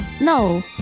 no